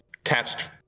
attached